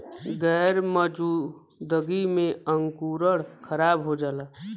गैर मौजूदगी में अंकुरण खराब हो जाला